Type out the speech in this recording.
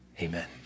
amen